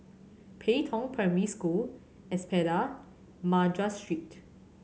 Pei Tong Primary School Espada Madras Street